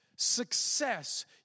Success